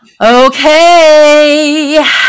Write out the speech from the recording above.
Okay